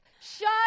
shut